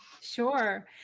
Sure